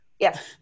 Yes